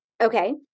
Okay